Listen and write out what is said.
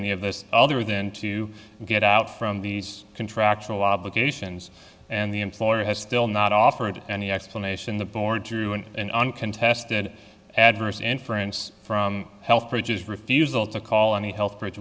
any of this other than to get out from these contractual obligations and the employer has still not offered any explanation the board through an uncontested adverse inference from health bridges refusal to call any health bri